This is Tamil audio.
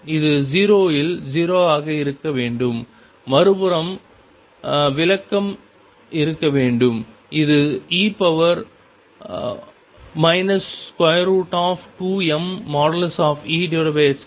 இது 0 இல் 0 ஆக இருக்க வேண்டும் மறுபுறம் விளக்கம் இருக்க வேண்டும் இது e 2mE2x